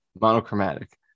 monochromatic